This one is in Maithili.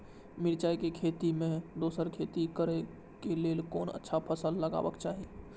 मिरचाई के खेती मे दोसर खेती करे क लेल कोन अच्छा फसल लगवाक चाहिँ?